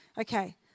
Okay